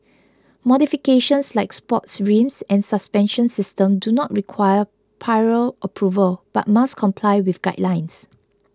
modifications like sports rims and suspension systems do not require approval but must comply with guidelines